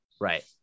right